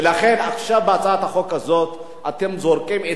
ולכן עכשיו בהצעת החוק הזאת אתם זורקים את